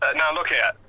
ah now look here